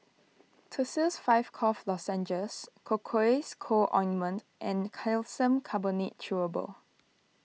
Tussils five Cough Lozenges Cocois Co Ointment and Calcium Carbonate Chewable